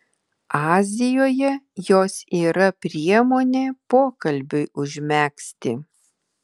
azijoje jos yra priemonė pokalbiui užmegzti